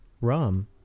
rum